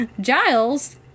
Giles